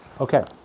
Okay